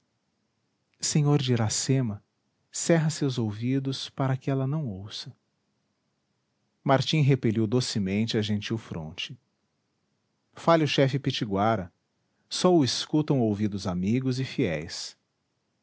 de iracema cerra seus ouvidos para que ela não ouça martim repeliu docemente a gentil fronte fale o chefe pitiguara só o escutam ouvidos amigos e fiéis